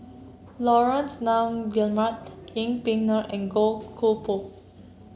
Laurence Nunn Guillemard Yeng Pway Ngon and Goh Koh Pui